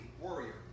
warrior